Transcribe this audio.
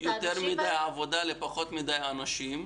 יש יותר מדי עבודה למעט מדי אנשים.